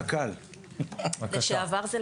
תודה רבה, תודה באמת חברי מוסי רז על